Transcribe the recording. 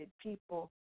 people